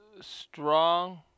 strong